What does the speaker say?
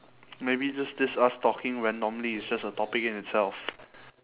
maybe just this us talking randomly is just a topic in itself